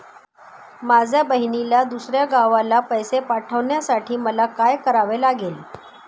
माझ्या बहिणीला दुसऱ्या गावाला पैसे पाठवण्यासाठी मला काय करावे लागेल?